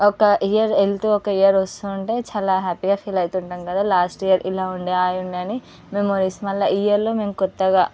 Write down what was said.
ఒక ఇయర్ వెళ్తే ఒక ఇయర్ వస్తువుంటే చాలా హ్యాపీగా ఫీల్ అయితుంటాం కదా లాస్ట్ ఇయర్ ఇలా ఉండే అలా ఉండే అని మళ్ళీ ఈ ఇయర్లో కొత్తగా